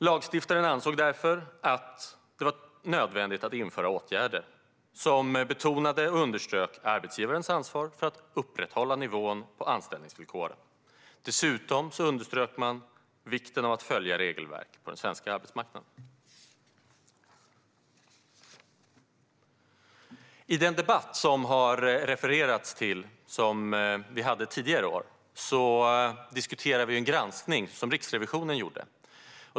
Lagstiftaren ansåg därför att det var nödvändigt att vidta åtgärder som betonade och underströk arbetsgivares ansvar för att upprätthålla nivån på anställningsvillkoren. Dessutom underströk man vikten av att följa regelverk på den svenska arbetsmarknaden. I den debatt som refererats till som vi hade tidigare i år diskuterade vi en granskning som Riksrevisionen gjorde.